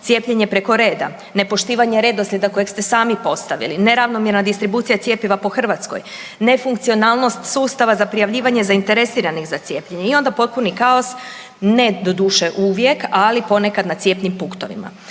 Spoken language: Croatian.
cijepljenje preko reda, nepoštivanje redoslijeda kojeg ste sami postavili, neravnomjerna distribucija cjepiva po Hrvatskoj, nefunkcionalnost sustava za prijavljivanje zainteresiranih za cijepljenje i onda potpuni kaos, ne doduše uvijek, ali ponekad na cijepnim punktovima.